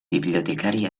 bibliotecari